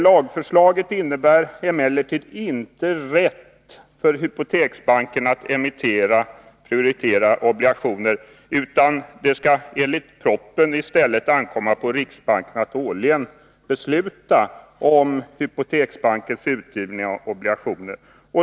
Lagförslaget innebär emellertid inte rätt för hypoteksbanken att emittera prioriterade obligationer, utan det skall enligt propositionen i stället ankomma på riksbanken att årligen besluta om hypoteksbankens utgivning av obligationer.